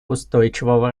устойчивого